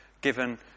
given